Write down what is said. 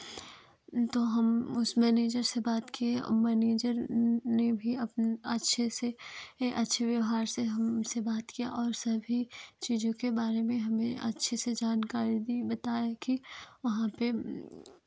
तो हम उस मैनेजर से बात किए और मैनेजर ने भी अप अच्छे से अच्छे व्यवहार से हमसे बात किया और सभी चीज़ों के बारे में अच्छे से जानकारी दी बताई की वहाँ पर